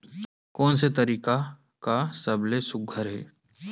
कोन से तरीका का सबले सुघ्घर हे?